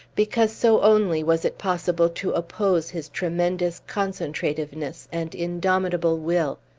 because so only was it possible to oppose his tremendous concentrativeness and indomitable will,